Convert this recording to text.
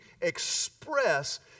express